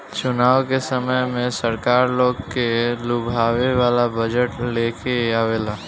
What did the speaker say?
चुनाव के समय में सरकार लोग के लुभावे वाला बजट लेके आवेला